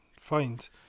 find